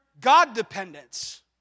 God-dependence